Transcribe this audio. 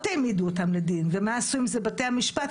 העמידו אותם לדין ומה עשו עם זה בתי המשפט,